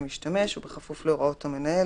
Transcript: המסמך כמפורט בתקנה 8ב(ד),